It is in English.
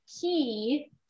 key